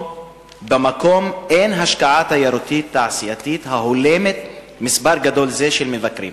במקום אין השקעה תיירותית תעשייתית ההולמת מספר גדול זה של מבקרים.